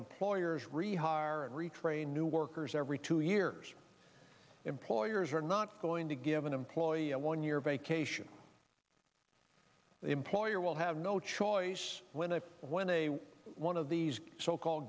employers rehire and retrain new workers every two years employers are not going to give an employee a one year vacation the employer will have no choice when it when a one of these so called